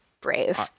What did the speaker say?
Brave